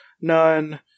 none